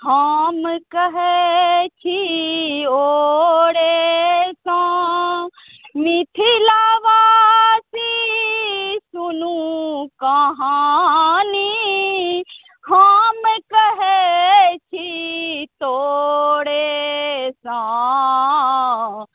हम कहै छी ओरेसँ मिथिलावासी सुनू कहानी हम कहै छी तोरेसँ